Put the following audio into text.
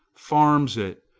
farms it,